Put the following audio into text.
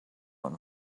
own